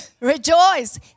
rejoice